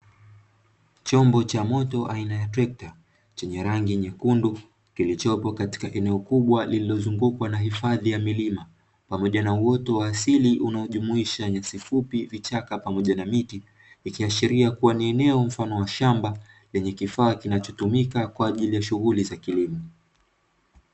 Chombo cha moto aina ya trekta chenye rangi nyekundu, kilichopo katika eneo kubwa lililozungukwa na hifadhi ya milima, pamoja na uoto wa asili unaojumuisha: nyasi fupi, vichaka, pamoja na miti. Ikiashiria kuwa ni eneo mfano wa shamba lenye kifaa kinachotumika kwa ajili ya shughuli za kilimo.